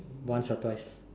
once or twice